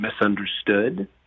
misunderstood